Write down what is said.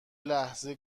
لحظه